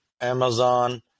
Amazon